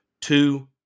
two